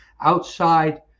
outside